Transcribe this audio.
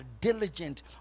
diligent